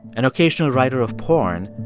an occasional writer of porn,